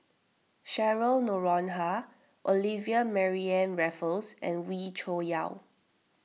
Cheryl Noronha Olivia Mariamne Raffles and Wee Cho Yaw